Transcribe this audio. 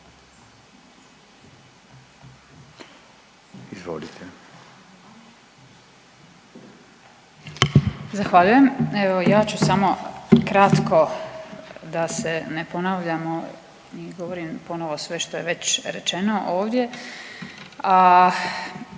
(Centar)** Zahvaljujem. Evo, ja ću samo kratko da se ne ponavljamo, govorim ponovo sve što je rečeno ovdje,